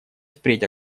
впредь